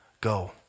go